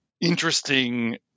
interesting